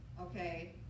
Okay